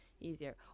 easier